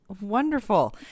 Wonderful